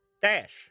Dash